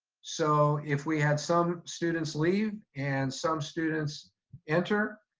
so if we had some students leave and some students enter,